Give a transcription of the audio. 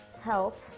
help